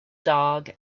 dog